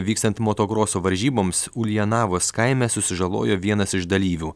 vykstant motokroso varžyboms uljanavos kaime susižalojo vienas iš dalyvių